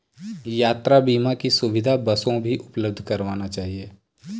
यात्रा बीमा की सुविधा बसों भी उपलब्ध करवाना चहिये